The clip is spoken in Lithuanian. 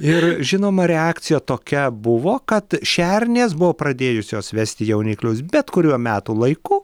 ir žinoma reakcija tokia buvo kad šernės buvo pradėjusios vesti jauniklius bet kuriuo metų laiku